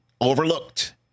Overlooked